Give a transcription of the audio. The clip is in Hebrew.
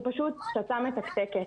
זה פשוט פצצה מתקתקת.